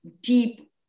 deep